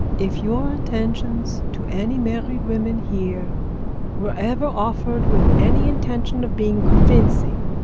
if your attentions to any married women here were ever offered with any intention of being convincing,